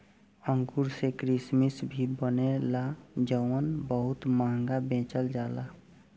अंगूर से किसमिश भी बनेला जवन बहुत महंगा बेचल जाला